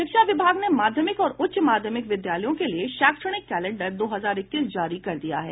शिक्षा विभाग ने माध्यमिक और उच्च माध्यमिक विद्यालयों के लिए शैक्षणिक कैलेंडर दो हजार इक्कीस जारी कर दिया है